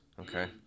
Okay